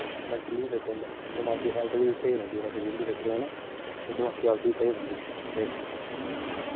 mentally बी fit होंदा दमागी हालत बी ओह्दी स्हेई रौंह्दी जेह्ड़ा फिजीकली फिट्ट होऐ ना ते दमाकी हालत बी स्हेई रौंह्दी ते